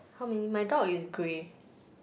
how many my dog is grey